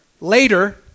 Later